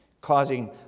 causing